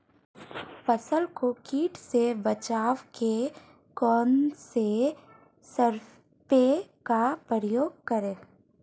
फसल को कीट से बचाव के कौनसे स्प्रे का प्रयोग करें?